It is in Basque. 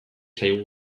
zaigu